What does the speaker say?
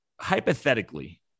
Hypothetically